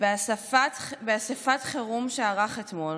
באספת חירום שערך אתמול